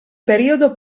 periodo